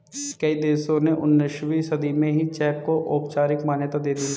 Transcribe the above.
कई देशों ने उन्नीसवीं सदी में ही चेक को औपचारिक मान्यता दे दी